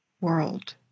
world